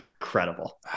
incredible